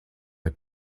the